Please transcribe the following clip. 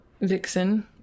vixen